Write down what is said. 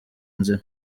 nzira